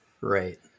right